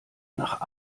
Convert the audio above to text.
nach